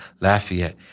Lafayette